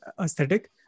aesthetic